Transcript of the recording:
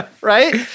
right